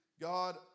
God